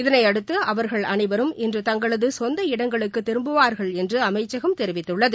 இதனையடுத்து அவர்கள் அனைவரும் இன்று தங்களது சொந்த இடங்களுக்கு திரும்புவார்கள் என்று அமைச்சகம் தெரிவித்துள்ளது